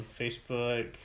facebook